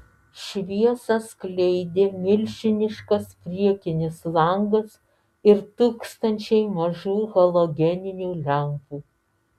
šviesą skleidė milžiniškas priekinis langas ir tūkstančiai mažų halogeninių lempų